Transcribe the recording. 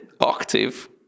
Octave